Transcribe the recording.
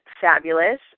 fabulous